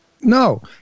No